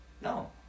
No